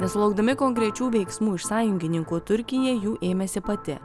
nesulaukdami konkrečių veiksmų iš sąjungininkų turkija jų ėmėsi pati